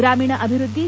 ಗ್ರಾಮೀಣ ಅಭಿವೃದ್ಧಿ